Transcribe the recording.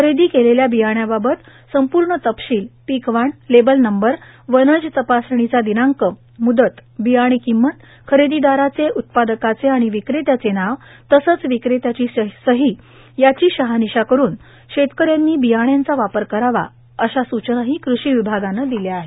खरेदां केलेल्या बियाण्याबाबत संपूण तर्पाशल पिकवाण लेबल नंबर वनज तपासणीचा र्दिनांक मूदत र्बयाणे र्किंमत खरेदांदाराचे उत्पादकाचे र्विंक्रेंत्याचे नाव तसंच र्वक्रे त्याची सहां याची शहर्रानशा करून शेतकऱ्यांनी र्वियाण्याचा वापर करावा अशा सूचनाही कृषी विभागानं दिल्या आहेत